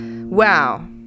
wow